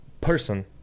person